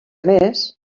més